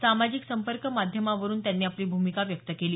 सामाजिक संपर्क माध्यमावरून त्यांनी आपली भूमिका व्यक्त केली